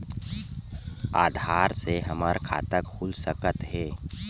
आधार से हमर खाता खुल सकत हे?